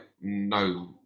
No